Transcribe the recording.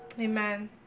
amen